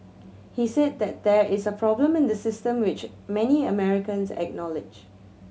he said that there is a problem in the system which many Americans acknowledged